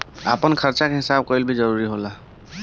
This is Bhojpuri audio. आपन खर्चा के हिसाब भी कईल जरूरी होला